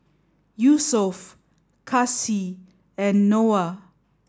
Yusuf Kasih and Noah